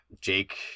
jake